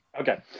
Okay